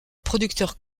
producteur